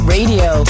Radio